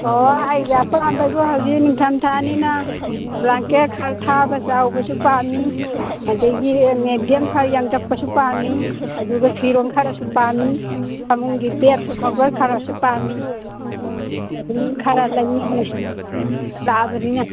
ꯑꯣ ꯑꯩ ꯍꯧꯖꯤꯛ ꯅꯤꯡꯊꯝ ꯊꯥꯅꯤꯅ ꯕ꯭ꯂꯥꯡꯀꯦꯠ ꯈꯔ ꯊꯥꯕ ꯆꯥꯎꯕꯁꯨ ꯄꯥꯝꯃꯤ ꯑꯗꯒꯤ ꯃꯦꯗ꯭ꯌꯝ ꯈꯔ ꯌꯥꯡꯇꯛꯄꯁꯨ ꯄꯥꯝꯃꯤ ꯑꯗꯨꯒ ꯐꯤꯔꯣꯟ ꯈꯔꯁꯨ ꯄꯥꯝꯃꯤ ꯐꯃꯨꯡꯒꯤ ꯕꯦꯗ ꯀꯣꯕꯔ ꯈꯔꯁꯨ ꯄꯥꯝꯃꯤ ꯑꯗꯨꯝ ꯈꯔ ꯂꯩꯅꯤꯡꯏ ꯂꯥꯛꯂꯕꯅꯤꯅ